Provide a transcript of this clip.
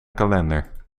kalender